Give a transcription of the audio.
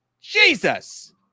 Jesus